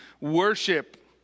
worship